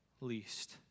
least